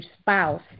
spouse